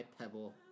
pebble